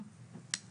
נכון.